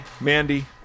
Mandy